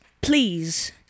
please